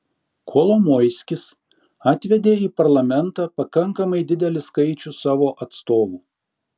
kolomoiskis atvedė į parlamentą pakankamai didelį skaičių savo atstovų